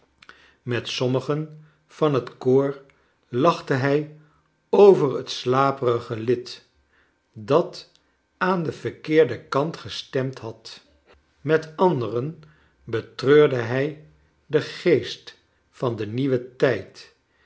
met sommigen van het koor lachte hij over het slaperige lid dat aan den verkeerden kant gestemd had met anderen betreurde hij den geest van den nieuwen tijd